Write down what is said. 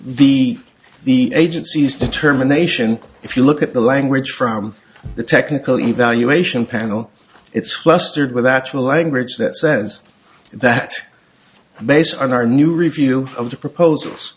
the the agencies determination if you look at the language from the technical evaluation panel it's clustered with actual language that says that based on our new review of the proposals